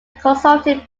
consulting